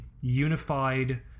unified